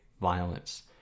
violence